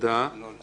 תודה לך על ההקשבה.